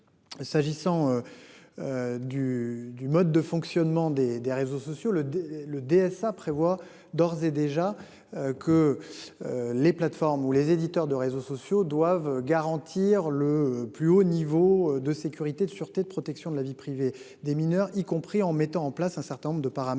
S'agissant. Du, du mode de fonctionnement des des réseaux sociaux le le DSA prévoit d'ores et déjà que. Les plateformes où les éditeurs de réseaux sociaux doivent garantir le plus haut niveau de sécurité, de sûreté de protection de la vie privée des mineurs, y compris en mettant en place un certain nombre de paramètres